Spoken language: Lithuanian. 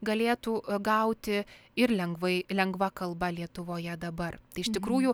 galėtų gauti ir lengvai lengva kalba lietuvoje dabar tai iš tikrųjų